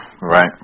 right